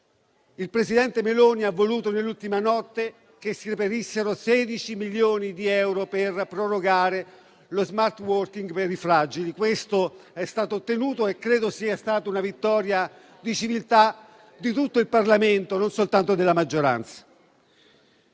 Il presidente Meloni ha voluto, nell'ultima notte, che si reperissero 16 milioni di euro per prorogare lo *smart working* per i fragili. Questo è stato ottenuto e credo sia stata una vittoria di civiltà, di tutto il Parlamento e non soltanto della maggioranza.